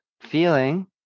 feeling